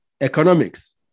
economics